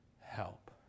help